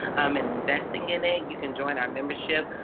um investing in it, you can join our membership.